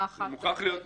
זה מוכרח להיות מסויג.